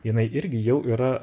jinai irgi jau yra